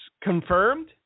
confirmed